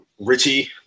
Richie